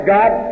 God